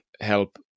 help